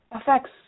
affects